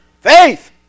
faith